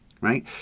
right